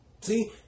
See